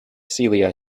celia